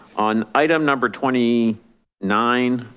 on item number twenty nine,